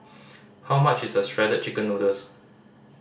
how much is Shredded Chicken Noodles